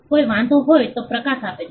કોઈ વાંધા હોય તો પ્રકાશ આપે છે